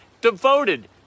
devoted